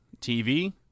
TV